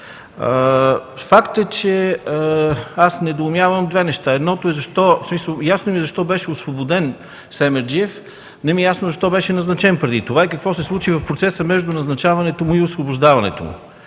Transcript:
благодаря. Аз недоумявам две неща. Едното е защо, в смисъл ясно ми е защо беше освободен Семерджиев, не ми е ясно защо беше назначен преди това и какво се случи в процеса между назначаването му и освобождаването му?